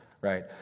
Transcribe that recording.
right